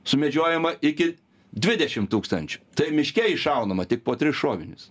sumedžiojama iki dvidešim tūkstančių tai miške iššaunama tik po tris šovinius